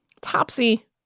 topsy